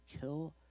kill